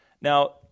Now